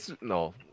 no